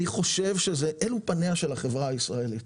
אני חושב שאלה פניה של החברה הישראלית.